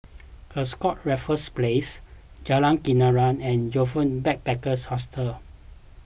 Ascott Raffles Place Jalan Kenarah and Joyfor Backpackers' Hostel